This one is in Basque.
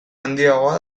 handiagoa